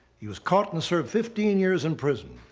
he was caught and served fifteen years in prison,